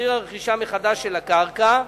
מחיר הרכישה מחדש של הקרקע,